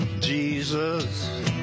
Jesus